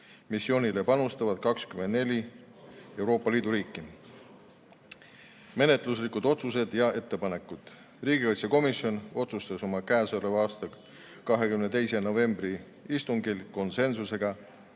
Missioonile panustavad 24 Euroopa Liidu riiki. Menetluslikud otsused ja ettepanekud. Riigikaitsekomisjon otsustas oma k.a 22. novembri istungil (konsensusega)